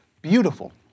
Beautiful